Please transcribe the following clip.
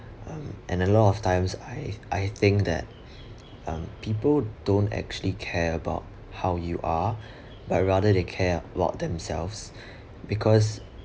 um and a lot of times I I think that um people don't actually care about how you are but rather they care about themselves because